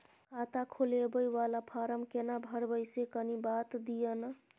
खाता खोलैबय वाला फारम केना भरबै से कनी बात दिय न?